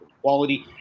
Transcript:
quality